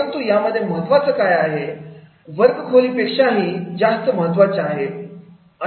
परंतु यामध्ये महत्त्वाचं काय आहे तुझे वर्गखोली पेक्षाही जास्त महत्त्वाचा आहे